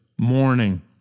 morning